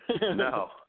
No